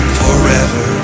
forever